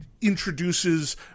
introduces